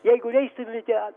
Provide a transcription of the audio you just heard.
jeigu leistumėte